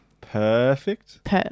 Perfect